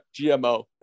GMO